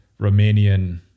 Romanian